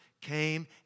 came